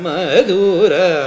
Madura